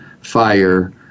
fire